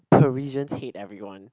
Parisians hate everyone